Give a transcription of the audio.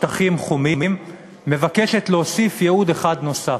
"שטחים חומים" ייעוד אחד נוסף: